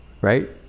right